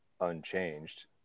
unchanged